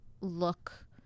look